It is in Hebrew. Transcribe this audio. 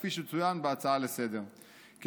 כפי שצוין בהצעה לסדר-היום.